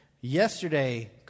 Yesterday